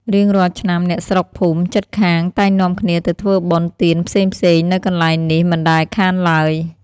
រៀងរាល់ឆ្នាំ អ្នកស្រុកភូមិជិតខាងតែងនាំគ្នាទៅធ្វើបុណ្យទានផ្សេងៗនៅកន្លែងនេះមិនដែលខានឡើយ។